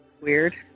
weird